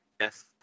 yes